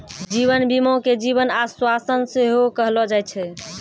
जीवन बीमा के जीवन आश्वासन सेहो कहलो जाय छै